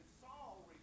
Saul